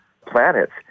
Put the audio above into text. planets